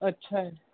ਅੱਛਾ